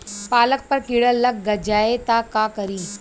पालक पर कीड़ा लग जाए त का करी?